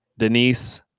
Denise